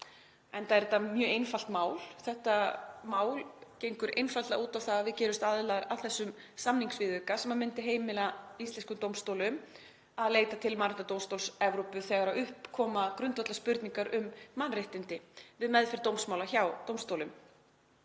enda er þetta mjög einfalt mál, gengur tillagan einfaldlega út á það að við gerumst aðilar að þessum samningsviðauka sem myndi heimila íslenskum dómstólum að leita til Mannréttindadómstóls Evrópu þegar upp koma grundvallarspurningar um mannréttindi við meðferð dómsmála hjá dómstólum.